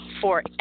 Forever